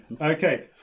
okay